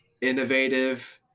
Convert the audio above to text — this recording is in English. innovative